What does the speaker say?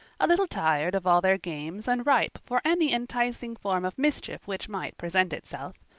a little tired of all their games and ripe for any enticing form of mischief which might present itself.